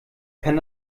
kann